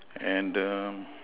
and the